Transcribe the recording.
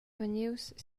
vegnius